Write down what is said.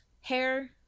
hair